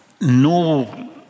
No